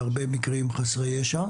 בהרבה מקרים חסרי ישע,